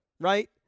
right